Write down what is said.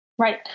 Right